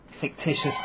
fictitious